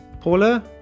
Paula